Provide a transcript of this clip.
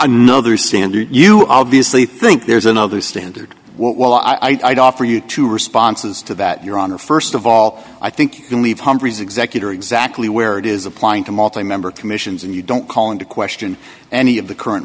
another standard you obviously think there's another standard while i'd offer you two responses to that your honor st of all i think you can leave humphreys executor exactly where it is applying to multi member commissions and you don't call into question any of the current